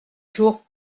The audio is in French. jours